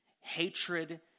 hatred